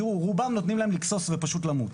תראו, לרובם נותנים לגסוס ופשוט למות,